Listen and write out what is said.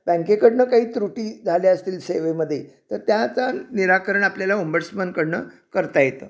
बँकेकडून काही त्रुटी झाल्या असतील सेवेमध्ये तर त्याचा निराकरण आपल्याला उंबडस्मनकडून करता येतं